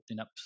up